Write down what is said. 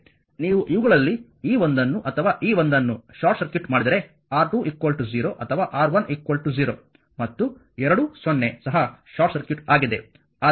ನೀವು ಇವುಗಳಲ್ಲಿ ಈ ಒಂದನ್ನು ಅಥವಾ ಈ ಒಂದನ್ನು ಶಾರ್ಟ್ ಸರ್ಕ್ಯೂಟ್ ಮಾಡಿದರೆ R2 0 ಅಥವಾ R1 0 ಮತ್ತು ಎರಡೂ 0 ಸಹ ಶಾರ್ಟ್ ಸರ್ಕ್ಯೂಟ್ ಆಗಿದೆ